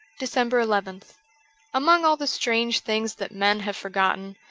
december nth' among all the strange things that men have forgotten,